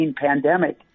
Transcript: pandemic